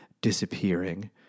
disappearing